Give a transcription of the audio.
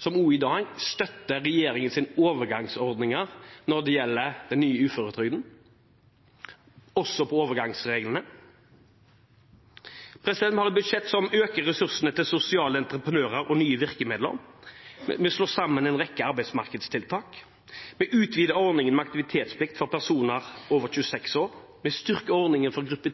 som også i dag støtter regjeringens overgangsordninger når det gjelder den nye uføretrygden, også på overgangsreglene. Vi har et budsjett som øker ressursene til sosiale entreprenører og nye virkemidler. Vi slår sammen en rekke arbeidsmarkedstiltak. Vi utvider ordningen med aktivitetsplikt for personer over 26 år. Vi styrker ordningen for gruppe